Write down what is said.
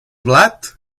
blat